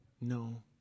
No